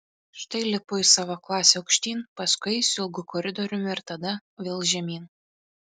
štai lipu į savo klasę aukštyn paskui eisiu ilgu koridoriumi ir tada vėl žemyn